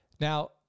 Now